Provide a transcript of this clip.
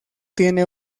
tiene